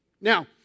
Now